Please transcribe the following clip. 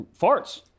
Farts